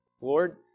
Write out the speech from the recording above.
Lord